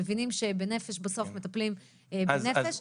מבינים שבנפש בסוף מטפלים עם נפש.